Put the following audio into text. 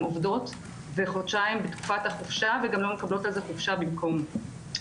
עובדות חודשיים בתקופת החופשה וגם לא מקבלות חופשה חליפית,